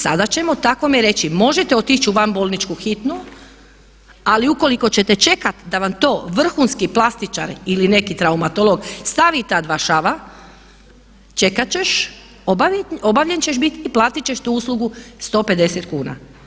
Sada ćemo takvome reći, možete otići u van bolničku hitnu ali ukoliko ćete čekati da vam to vrhunski plastičar ili neki traumatolog stavi ta dva šava, čekat ćeš, obavljen ćeš biti i platit ćeš tu uslugu 150 kuna.